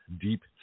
deep